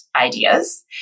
ideas